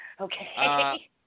Okay